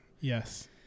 Yes